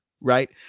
right